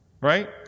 right